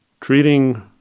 treating